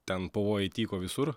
ten pavojai tyko visur